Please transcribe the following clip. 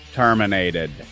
terminated